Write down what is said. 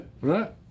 Right